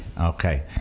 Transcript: Okay